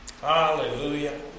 Hallelujah